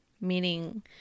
meaning